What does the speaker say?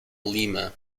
lima